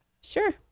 Sure